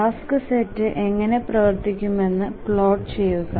task set എങ്ങനെ പ്രവർത്തിക്കുമെന്ന് plot ചെയ്യുക